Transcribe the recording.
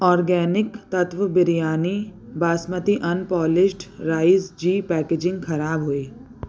organic तत्त्व biryani basmati unpolished rice जी packaging ख़राब हुई